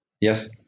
Yes